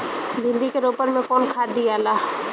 भिंदी के रोपन मे कौन खाद दियाला?